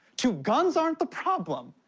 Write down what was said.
to guns aren't the problem,